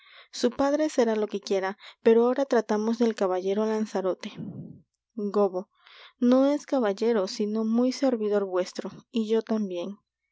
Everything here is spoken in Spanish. su padre será lo que quiera pero ahora tratamos del caballero lanzarote gobbo no es caballero sino muy servidor vuestro y yo tambien